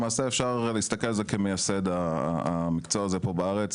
למעשה אפשר להסתכל על זה כמייסד המקצוע הזה פה בארץ.